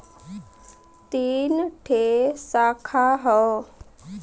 तीन ठे साखा हौ